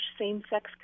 same-sex